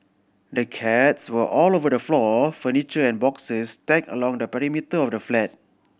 the cats were all over the floor furniture and boxes stacked along the perimeter of the flat